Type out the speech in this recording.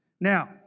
Now